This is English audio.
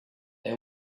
they